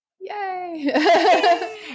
Yay